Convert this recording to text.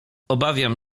obawiam